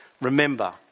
Remember